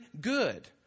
good